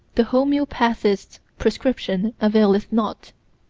the homeopathist's prescription availeth not.